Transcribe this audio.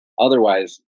Otherwise